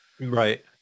Right